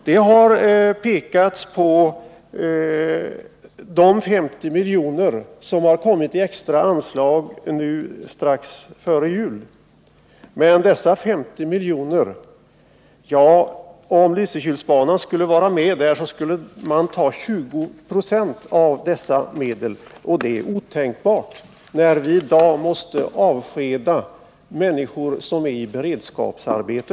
Det har pekats på de 50 milj.kr. som strax före jul utdelades i extra anslag — men om Lysekilsbanan skulle vara med och dela på de pengarna skulle 20 90 gå åt, och det är otänkbart när vi i dag måste avskeda människor som är i beredskapsarbete.